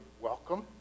Welcome